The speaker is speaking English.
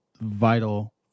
vital